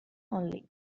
only